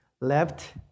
left